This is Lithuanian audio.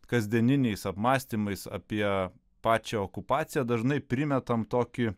kasdieniniais apmąstymais apie pačią okupaciją dažnai primetam tokį